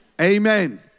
Amen